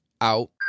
out